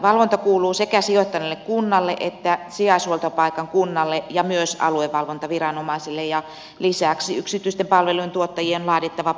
valvonta kuuluu sekä sijoittaneelle kunnalle että sijaishuoltopaikan kunnalle ja myös aluehallintoviranomaisille ja lisäksi yksityisten palvelujen tuottajien on laadittava omavalvontasuunnitelma